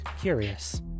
curious